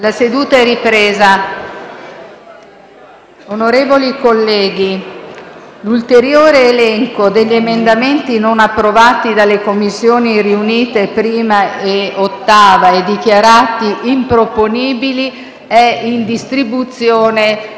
alle ore 18,21)*. Onorevoli colleghi, l'ulteriore elenco degli emendamenti non approvati dalle Commissioni riunite 1a e 8a e dichiarati improponibili è in distribuzione.